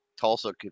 Tulsa